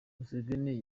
museveni